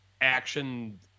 action